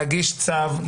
להגיש צו,